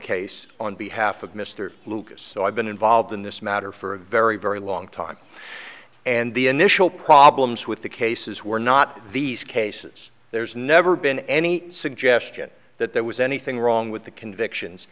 case on behalf of mr lucas so i've been involved in this matter for a very very long time and the initial problems with the cases were not these cases there's never been any suggestion that there was anything wrong with the convictions